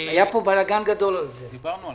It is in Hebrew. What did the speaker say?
היה פה בלגן גדול על זה, על